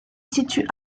situe